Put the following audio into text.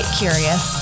curious